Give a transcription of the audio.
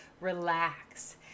relax